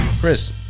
Chris